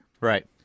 Right